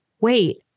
wait